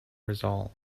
resolve